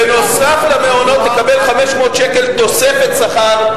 נוסף על מעונות תקבל 500 שקל תוספת שכר.